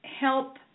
help